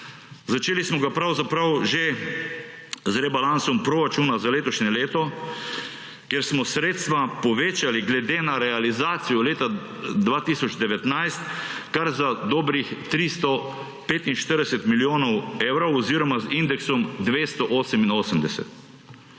Začeli smo ga pravzaprav že z rebalansom proračuna za letošnje leto, kjer smo sredstva povečali glede na realizacijo leta 2019 kar za dobrih 345 milijonov evrov oziroma z indeksom 288.